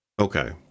Okay